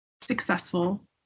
successful